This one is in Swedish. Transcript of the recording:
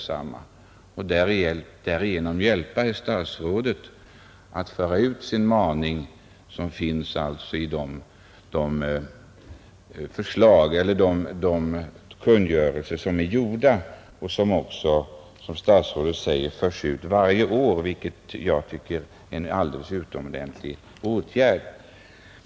Därigenom kan man även hjälpa herr statsrådet att föra ut den maning som finns i de kungörelser som är gjorda. Statsrådet säger att de förs ut varje år och jag tycker att detta är en alldeles utomordentlig åtgärd.